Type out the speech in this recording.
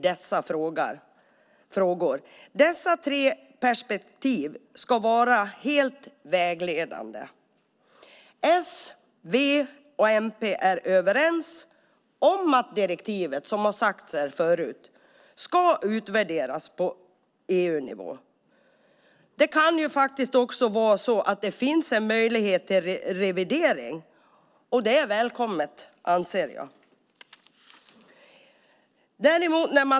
Dessa tre perspektiv ska vara helt vägledande. S, v och mp är överens om att direktivet ska utvärderas på EU-nivå. Det kan vara så att det finns en möjlighet till revidering. Det välkomnar jag.